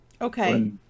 Okay